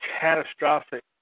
catastrophic